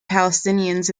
palestinians